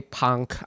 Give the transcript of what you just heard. punk